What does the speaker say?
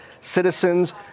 Citizens